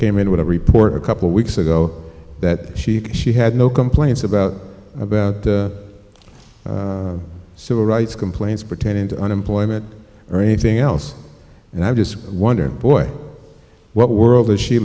came in with a report a couple weeks ago that she she had no complaints about about the civil rights complaints pertaining to unemployment or anything else and i just wonder boy what world is she